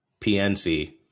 PNC